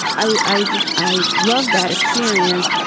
i i just i love that experience.